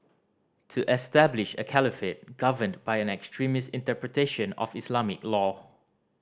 to establish a caliphate governed by an extremist interpretation of Islamic law